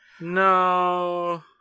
No